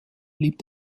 blieb